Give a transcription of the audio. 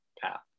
path